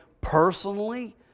personally